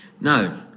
No